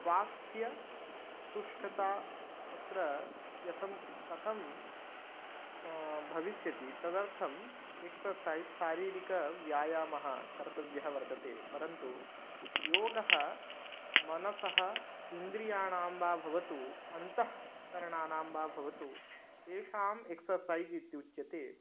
स्वास्थ्यं सुष्ठता तत्र यथं कथं भविष्यति तदर्थम् एक्ससैस् शारीरिकव्यायामः कर्तव्यः वर्तते परन्तु योगः मनसः इन्द्रियाणां वा भवतु अन्तःकरणानां वा भवतु तेषाम् एक्ससैस् इति उच्यते